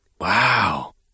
wow